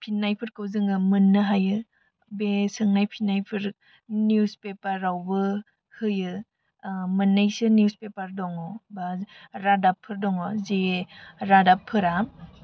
फिन्नायफोरखौ जोङो मोननो हायो बे सोंनाय फिन्नायफोर निउस पेपारावबो होयो मोननैसो निउस पेपार दङ बा रादाबफोर दङ जि रादाबफोरा